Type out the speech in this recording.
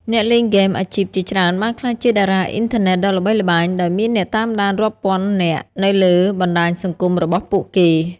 អ្នកលេងហ្គេមអាជីពជាច្រើនបានក្លាយជាតារាអុីនធឺណិតដ៏ល្បីល្បាញ ដោយមានអ្នកតាមដានរាប់ពាន់នាក់នៅលើបណ្ដាញសង្គមរបស់ពួកគេ។